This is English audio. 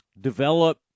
develop